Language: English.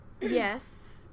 Yes